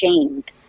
shamed